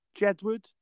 Jedward